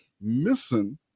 missing